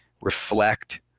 reflect